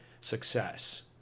success